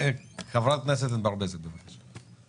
חברת הכנסת ענבר בזק, בבקשה.